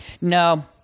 no